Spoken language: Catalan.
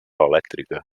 elèctrica